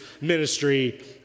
ministry